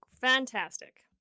fantastic